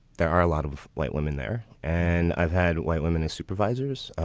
there are a lot of white women there. and i've had white women as supervisors,